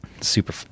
super